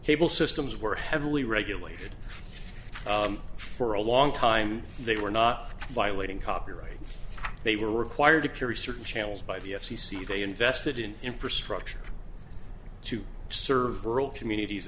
cable systems were heavily regulated for a long time they were not violating copyright they were required to carry certain channels by the f c c they invested in infrastructure to serve rural communities